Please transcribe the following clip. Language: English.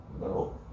No